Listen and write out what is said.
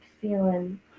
feeling